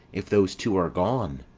if those two are gone?